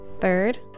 third